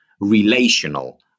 relational